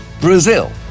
Brazil